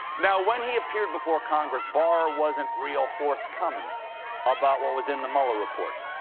now, when he appeared before congress, barr wasn't real forthcoming about what was in the mueller report.